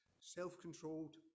self-controlled